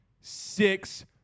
six